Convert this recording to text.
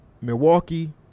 Milwaukee